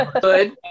Good